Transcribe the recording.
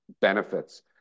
benefits